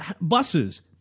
buses